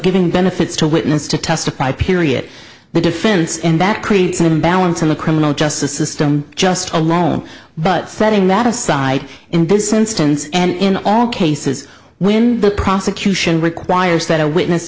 giving benefits to witness to testify period the defense and that creates an imbalance in the criminal justice system just alone but setting that aside in this instance and in all cases when the prosecution requires that a witness